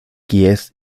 kies